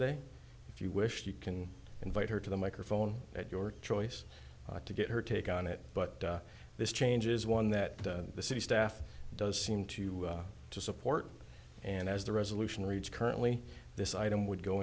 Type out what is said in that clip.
if you wish you can invite her to the microphone at your choice to get her take on it but this change is one that the city staff does seem to support and as the resolution reached currently this item would go